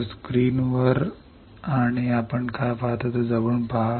तर स्क्रीनवर आपण काय पाहता ते जवळून पहा